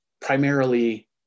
primarily